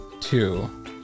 two